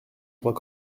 droit